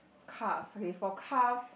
cars okay for cars